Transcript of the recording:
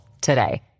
today